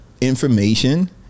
information